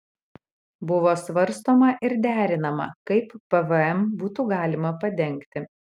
buvo svarstoma ir derinama kaip pvm būtų galima padengti